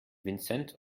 vincent